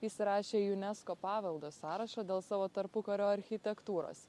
įsirašė į unesco paveldo sąrašą dėl savo tarpukario architektūros